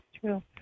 True